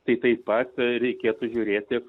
tai taip pat reikėtų žiūrėti